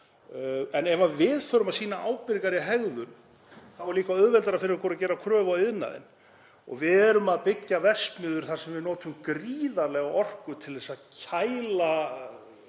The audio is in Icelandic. En ef við förum að sýna ábyrgari hegðun er líka auðveldara fyrir okkur að gera kröfu á iðnaðinn. Við erum að byggja verksmiðjur þar sem við notum gríðarlega orku til að kæla